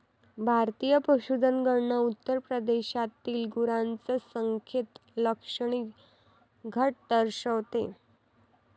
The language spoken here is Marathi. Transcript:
भारतीय पशुधन गणना उत्तर प्रदेशातील गुरांच्या संख्येत लक्षणीय घट दर्शवते